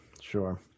sure